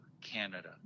Canada